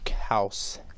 house